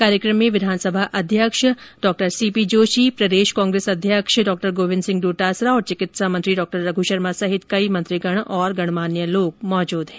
कार्यक्रम में विधानसभा अध्यक्ष सीपी जोशी प्रदेश कांग्रेस अध्यक्ष डॉ गोविन्द सिंह डोटासरा और चिकित्सा मंत्री रघु शर्मा सहित कई मंत्रीगण और गणमान्य लोग मौजूद है